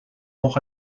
nog